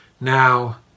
Now